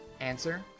Answer